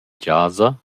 chasa